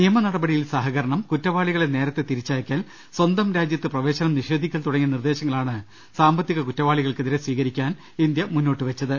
നിയമ നടപടിയിൽ സഹകരണം കുറ്റവാളികളെ നേരത്തെ തിരിച്ചയ ക്കൽ സ്വന്തം രാജ്യത്ത് പ്രവേശനം നിഷേധിക്കൽ തുടങ്ങിയ നിർദ്ദേശങ്ങ ളാണ് സാമ്പത്തിക കുറ്റവാളികൾക്കെതിരെ സ്വീകരിക്കാൻ ഇന്ത്യ മുന്നോട്ടു വെച്ചത്